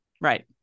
Right